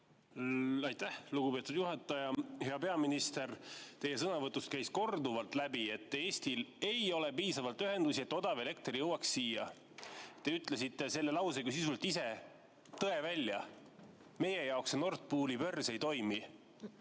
Aitäh, lugupeetud juhataja! Hea peaminister! Teie sõnavõtust käis korduvalt läbi, et Eestil ei ole piisavalt ühendusi, et odav elekter siia jõuaks. Te ütlesite selle lausega sisuliselt ise tõe välja. Meie jaoks Nord Pooli börs ei toimi.